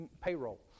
payroll